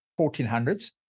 1400s